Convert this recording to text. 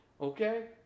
okay